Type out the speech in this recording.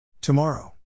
Tomorrow